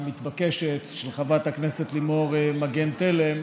והמתבקשת של חברת הכנסת לימור מגן תלם,